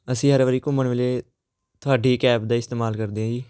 ਅਸੀਂ ਹਰ ਵਾਰੀ ਘੁੰਮਣ ਵੇਲੇ ਤੁਹਾਡੀ ਹੀ ਕੈਬ ਦਾ ਇਸਤੇਮਾਲ ਕਰਦੇ ਹਾਂ ਜੀ